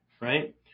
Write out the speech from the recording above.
Right